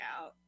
out